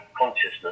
consciousness